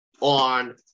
on